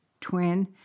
twin